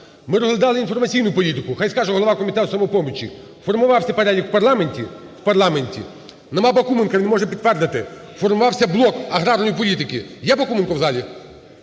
Ми розглядали інформаційну політику, хай скаже голова комітету "Самопомочі" – формувався перелік в парламенті? В парламенті. Немає Бакуменка, він може підтвердити, формувався блок аграрної політики, є Бакуменко в залі?